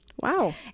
Wow